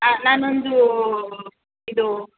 ಹಾಂ ನಾನೊಂದು ಇದು